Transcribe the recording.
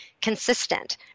consistent